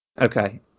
Okay